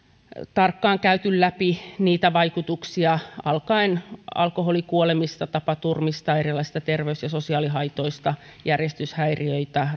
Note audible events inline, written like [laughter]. tarkkaan käyty läpi niitä vaikutuksia alkaen alkoholikuolemista tapaturmista erilaisista terveys ja sosiaalihaitoista järjestyshäiriöistä [unintelligible]